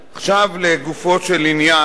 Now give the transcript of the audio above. עכשיו לגופו של עניין,